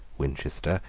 winchester,